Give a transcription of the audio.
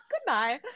goodbye